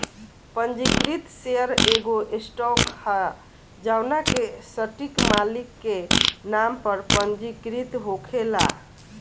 पंजीकृत शेयर एगो स्टॉक ह जवना के सटीक मालिक के नाम पर पंजीकृत होखेला